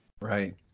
right